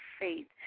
faith